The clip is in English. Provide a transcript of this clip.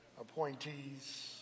appointees